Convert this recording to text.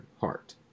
Heart